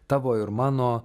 tavo ir mano